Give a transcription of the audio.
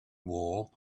war